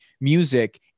music